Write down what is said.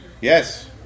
Yes